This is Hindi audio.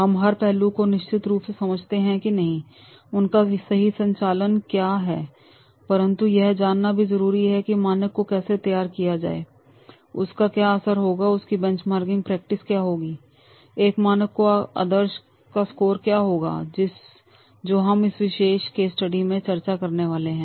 हम हर पहलू को निश्चित रूप से समझते हैं कि उनका सही संचालन क्या है परंतु यह जानना भी जरूरी है की मानक को कैसे तय किया जाए उनका क्या असर होगा उनकी बेंचमार्किंग प्रैक्टिस क्या होगी एक मानक का आदर्श स्कोर क्या होगा जो हम इस विशेष के स्टडी में चर्चा करने वाले हैं